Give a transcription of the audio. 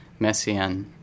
messian